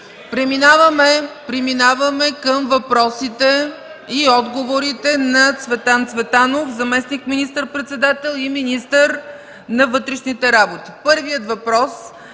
Преминаваме към въпросите и отговорите на Цветан Цветанов – заместник министър-председател и министър на вътрешните работи.